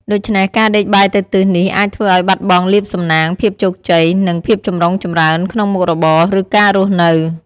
ដូច្នេះ ការដេកបែរទៅទិសនេះអាចធ្វើឱ្យបាត់បង់លាភសំណាង ភាពជោគជ័យ និងភាពចម្រុងចម្រើនក្នុងមុខរបរ ឬការរស់នៅ។